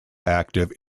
active